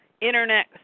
internet